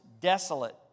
desolate